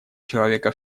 человека